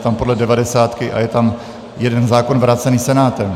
Je tam podle devadesátky a je tam jeden zákon vrácený Senátem.